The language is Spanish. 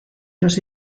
los